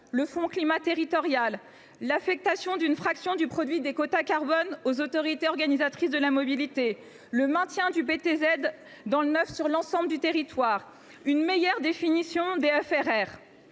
le fonds climat territorial, l’affectation d’une fraction du produit des quotas carbone aux autorités organisatrices de la mobilité, le maintien du prêt à taux zéro (PTZ) dans le neuf sur l’ensemble du territoire, une meilleure définition des